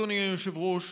אדוני היושב-ראש,